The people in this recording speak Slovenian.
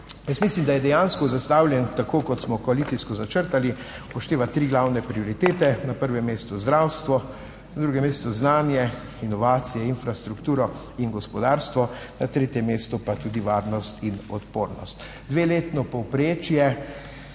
mislim, da je dejansko zastavljen tako kot smo koalicijsko začrtali, upošteva tri glavne prioritete, na prvem mestu zdravstvo, na drugem mestu znanje, inovacije, infrastrukturo in gospodarstvo. Na tretjem mestu pa tudi varnost in odpornost.